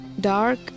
Dark